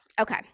Okay